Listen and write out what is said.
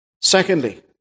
Secondly